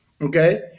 Okay